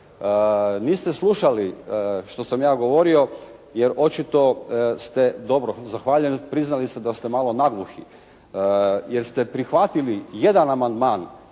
Vi ste slušali što sam ja govorio, jer očito ste dobro, zahvaljujem, priznali ste da ste malo nagluhi jer ste prihvatili jedan amandman